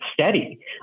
steady